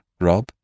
Rob